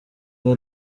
bwe